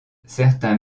certains